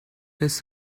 his